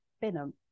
Benham